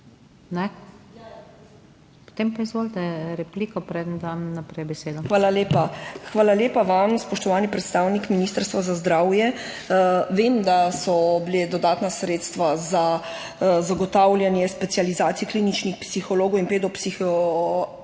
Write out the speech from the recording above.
Potem pa izvolite repliko, preden dam naprej besedo. **IVA DIMIC (PS NSi):** Hvala lepa. Hvala lepa vam, spoštovani predstavnik Ministrstva za zdravje. Vem, da so bila dodatna sredstva za zagotavljanje specializacij kliničnih psihologov in pedopsihiatrov,